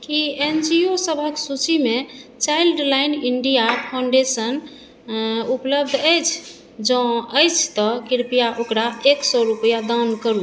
की N G O सभक सूचीमे Childline India Foundation उपलब्ध अछि जँ अछि तऽ कृपया ओकरा एक सए रूपैआ दान करू